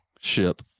ship